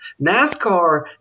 NASCAR